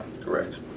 Correct